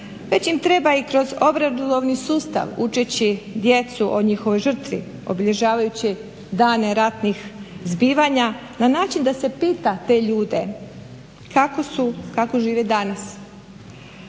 već im treba i kroz obrazovni sustav učeći djecu o njihovoj žrtvi, obilježavajući dane ratnih zbivanja na način da se pita te ljude kako su, kako žive danas,